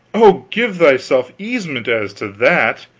oh, give thyself easement as to that.